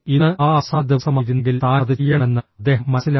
ഇന്ന് ആ അവസാന ദിവസമായിരുന്നെങ്കിൽ താൻ അത് ചെയ്യണമെന്ന് അദ്ദേഹം മനസ്സിലാക്കി